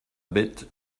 bête